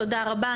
תודה רבה.